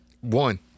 One